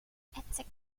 attacked